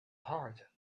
heart